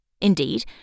Indeed